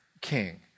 king